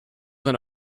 than